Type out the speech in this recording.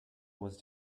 was